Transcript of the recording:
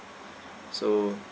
so